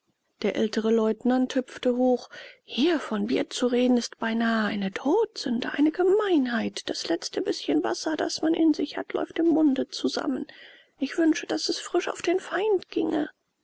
der ältere leutnant hüpfte hoch hier von bier zu reden ist beinahe eine todsünde eine gemeinheit das letzte bißchen wasser das man in sich hat läuft im munde zusammen ich wünsche daß es frisch auf den feind ginge